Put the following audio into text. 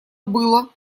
было